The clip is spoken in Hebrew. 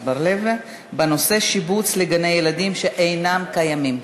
בר-לב בנושא: שיבוץ לגני-ילדים שאינם קיימים.